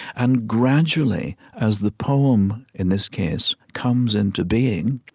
and gradually, as the poem, in this case, comes into being,